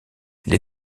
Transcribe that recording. les